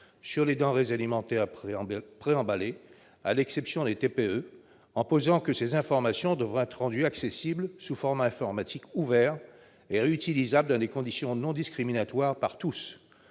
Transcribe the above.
sur les denrées alimentaires préemballées, à l'exception des TPE, en posant que ces informations devront être rendues accessibles sous format informatique ouvert et réutilisable dans des conditions non discriminatoires par tous.